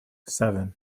seven